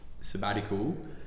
sabbatical